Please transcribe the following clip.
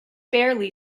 barely